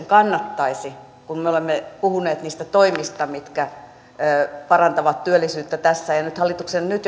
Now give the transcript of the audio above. kannattaisi kun me olemme puhuneet niistä toimista mitkä parantavat työllisyyttä tässä ja nyt